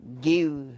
give